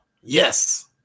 Yes